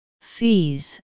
Fees